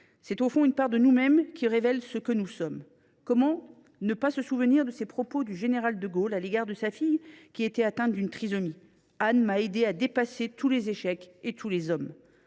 C’est au fond une part de nous mêmes qui révèle ce que nous sommes. Comment ne pas se souvenir des propos du général de Gaulle à l’égard de sa fille, qui était atteinte de trisomie ?« Anne m’a aidé à dépasser tous les échecs et tous les hommes »,